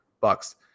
bucks